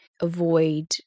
avoid